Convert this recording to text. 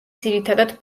ძირითადად